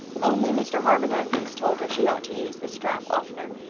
only mr. harmon andrews told her she ought to use the strap oftener.